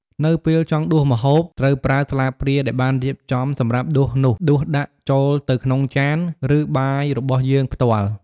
នៅពេលចង់ដួសម្ហូប ត្រូវប្រើស្លាបព្រាដែលបានរៀបចំសម្រាប់ដួសនោះ ដួសដាក់ចូលទៅក្នុងចាន ឬបាយរបស់យើងផ្ទាល់។